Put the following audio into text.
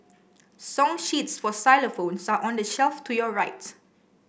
song sheets for xylophones are on the shelf to your right